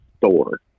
Thor